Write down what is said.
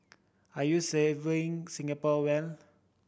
are you serving Singapore well